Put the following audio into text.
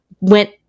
went